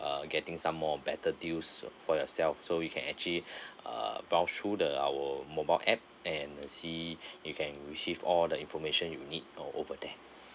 err getting some more better deals for yourself so we can actually uh browse through the our mobile app and uh see you can receive all the information you need o~ over there